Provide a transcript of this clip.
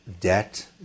debt